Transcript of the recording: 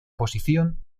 posición